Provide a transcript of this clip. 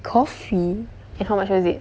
coffee and how much was it